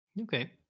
Okay